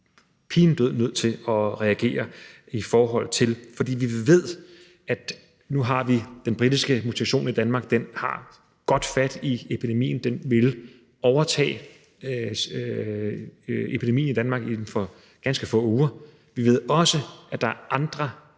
pinedød nødt til at reagere i forhold til, for vi ved, at vi nu har den britiske mutation i Danmark, og den har godt fat i epidemien, den vil overtage epidemien i Danmark inden for ganske få uger. Vi ved også, at der er andre